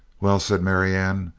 well, said marianne,